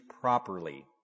properly